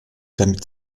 damit